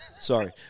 Sorry